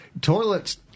toilets –